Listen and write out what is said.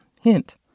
Hint